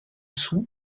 soo